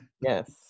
Yes